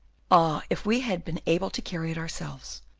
ah! if we had been able to carry it ourselves,